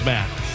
Matt